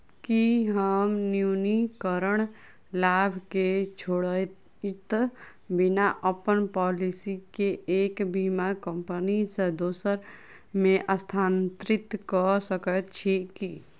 की हम नवीनीकरण लाभ केँ छोड़इत बिना अप्पन पॉलिसी केँ एक बीमा कंपनी सँ दोसर मे स्थानांतरित कऽ सकैत छी की?